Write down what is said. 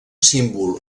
símbol